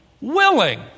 willing